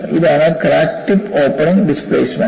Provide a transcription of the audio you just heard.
ഇതാണ് crack tip opening displacement